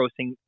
grossing